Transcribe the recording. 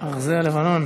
אדוני היושב-ראש,